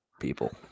people